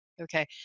okay